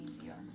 easier